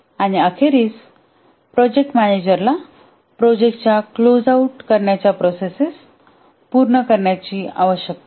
आणि अखेरीस प्रोजेक्ट मॅनेजरला प्रोजेक्ट क्लोज आऊट करण्याच्या प्रोसेस पूर्ण करण्याची आवश्यकता आहे